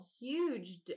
Huge